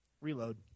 reload